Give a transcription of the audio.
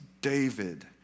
David